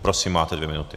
Prosím, máte dvě minuty.